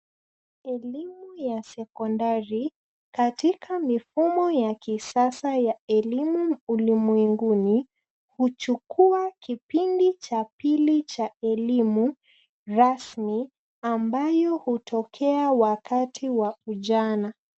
ELimu ya skondari katika mifumo ya kisasa ya elimu ulimwenguni huchukua kipindi cha pili cha elimu rasmi ambayo hutokea wakati wa ujana.